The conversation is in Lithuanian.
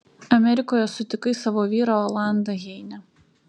amerikoje sutikai savo vyrą olandą heine